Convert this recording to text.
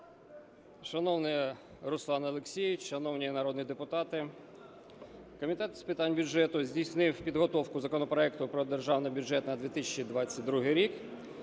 Шановний Руслане Олексійовичу, шановні народні депутати, Комітет з питань бюджету здійснив підготовку законопроекту про Державний бюджет на 2022 рік